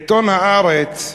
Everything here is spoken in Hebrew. בעיתון "הארץ"